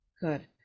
Good